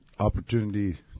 Opportunity